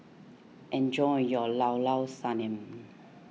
enjoy your Llao Llao Sanum